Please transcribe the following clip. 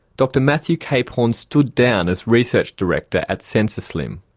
dr matthew capehorn stood down as research director at sensaslim.